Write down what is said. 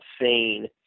insane